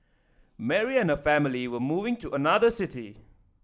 Mary and her family were moving to another city